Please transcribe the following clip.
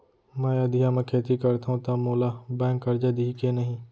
मैं अधिया म खेती करथंव त मोला बैंक करजा दिही के नही?